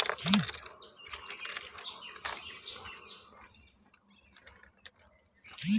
ফুলের গণ্ধে কীটপতঙ্গ গাছে আক্রমণ করে?